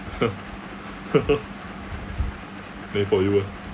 then for you eh